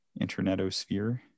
internetosphere